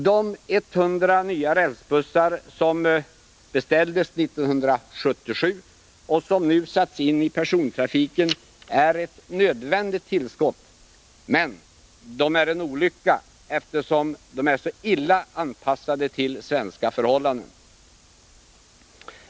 De 100 nya rälsbussar som beställdes 1977 och som nu har satts in i persontrafiken är ett nödvändigt tillskott. Men de är ändå en olycka, eftersom de är så illa anpassade till svenska förhållanden.